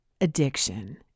addiction